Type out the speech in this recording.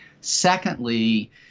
Secondly